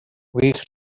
wych